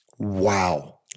Wow